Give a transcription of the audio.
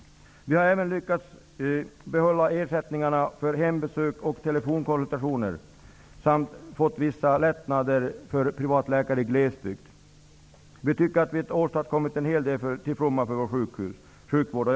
Ny demokrati har även bidragit till att ersättning för hembesök och telefonkonsultationer bibehålls och att vissa lättnader för privatläkare i glesbygd görs. Vi tycker att vi åstadkommit en hel del till fromma för sjukvården. Herr talman!